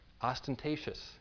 ostentatious